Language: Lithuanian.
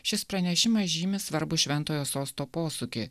šis pranešimas žymi svarbų šventojo sosto posūkį